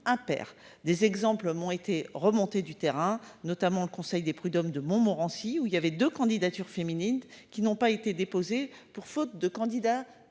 impair des exemples m'ont été remontées du terrain, notamment le conseil des prud'hommes de Montmorency, où il y avait de candidatures féminines qui n'ont pas été déposée pour faute de candidats